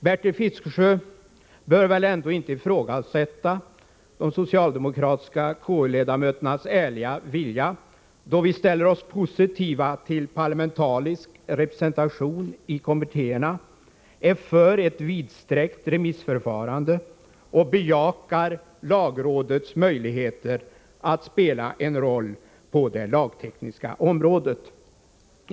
Bertil Fiskesjö bör väl ändå inte ifrågasätta de socialdemokratiska KU-ledamöternas ärliga vilja, då vi ställer oss positiva till parlamentarisk representation i kommittéerna, är för ett vidsträckt remissförfarande och bejakar lagrådets möjligheter att spela en roll på det lagtekniska området.